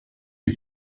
die